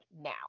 now